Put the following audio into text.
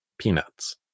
peanuts